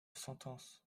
sentence